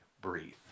breathe